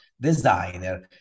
designer